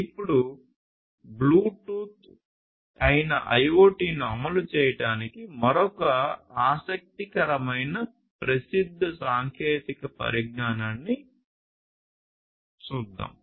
ఇప్పుడు బ్లూటూత్ అయిన IoT ను అమలు చేయడానికి మరొక ఆసక్తికరమైన ప్రసిద్ధ సాంకేతిక పరిజ్ఞానానికి వద్దాం